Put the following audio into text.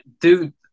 Dude